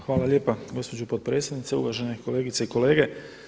Hvala lijepa gospođo potpredsjednice, uvažene kolegice i kolege.